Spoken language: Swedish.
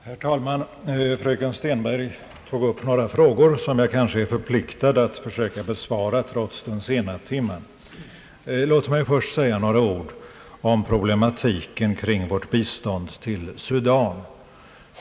Herr talman! Fröken Stenberg tog upp några frågor som jag kanske är förpliktad att försöka besvara trots den sena timmen. Låt mig först säga några ord om problematiken kring vårt bistånd till Sudan.